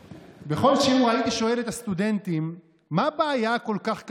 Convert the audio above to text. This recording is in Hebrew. בכל שיעור הייתי שואל את הסטודנטים: מה הבעיה הכל-כך קשה,